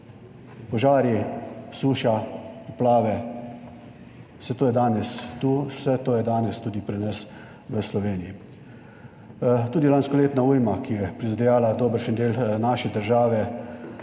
Požari, suša, poplave, saj to je danes tu, vse to je danes tudi pri nas v Sloveniji. Tudi za lanskoletno ujmo, ki je prizadela dobršen del naše države,